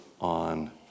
on